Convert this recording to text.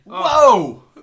Whoa